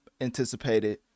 anticipated